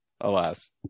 alas